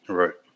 right